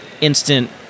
instant